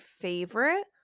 favorite